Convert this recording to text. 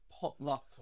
potluck